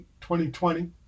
2020